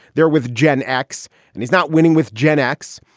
they're with gen x and he's not winning with gen x,